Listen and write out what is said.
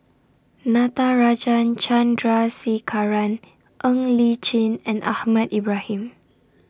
Natarajan Chandrasekaran Ng Li Chin and Ahmad Ibrahim